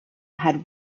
had